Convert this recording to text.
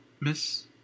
Miss